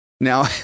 Now